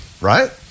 right